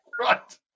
right